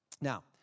Now